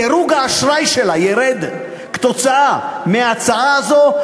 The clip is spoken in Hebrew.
דירוג האשראי שלה יֵרד כתוצאה מההצעה הזאת,